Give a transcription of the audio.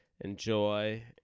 enjoy